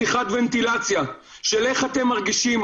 שיחת ונטילציה של איך אתם מרגישים.